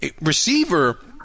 receiver